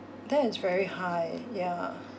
that is very high yeah